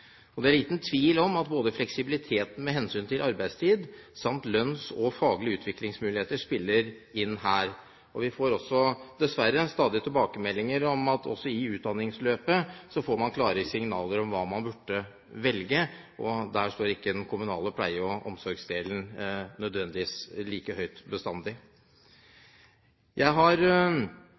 og omsorgsdelen. Det er liten tvil om at både fleksibilitet med hensyn til arbeidstid samt lønns- og faglige utviklingsmuligheter spiller inn her. Vi får dessverre stadig tilbakemeldinger om at også i utdanningsløpet får man klare signaler om hva man burde velge, og der står ikke den kommunale pleie- og omsorgsdelen nødvendigvis like høyt bestandig. Jeg har